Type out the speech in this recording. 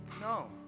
No